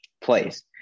place